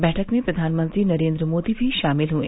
बैठक में प्रधानमंत्री नरेन्द्र मोदी भी शामिल हए